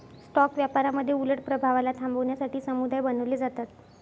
stock व्यापारामध्ये उलट प्रभावाला थांबवण्यासाठी समुदाय बनवले जातात